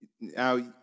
Now